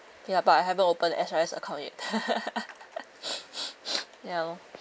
ya but I haven't open S_R_S account yet ya lor